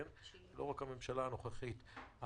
לא רק הממשלה הנוכחית,